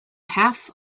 half